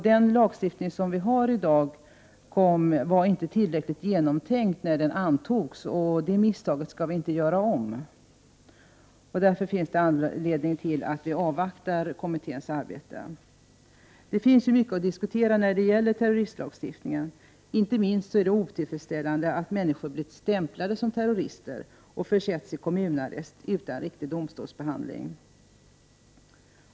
Den lagstiftning som vi har i dag var inte tillräckligt genomtänkt när den antogs, och det misstaget skall vi inte göra om. Därför finns det anledning att avvakta kommitténs arbete. Det finns mycket att diskutera när det gäller terroristlagstiftningen. Inte minst är det otillfredsställande att människor blir stämplade som terrorister och försätts i kommunarrest utan riktig domstolsbehandling.